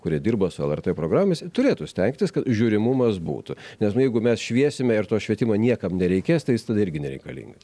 kurie dirba su lrt programomis turėtų stengtis kad žiūrimumas būtų nes jeigu mes šviesime ir to švietimo niekam nereikės tai jis tada irgi nereikalingas